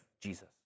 Jesus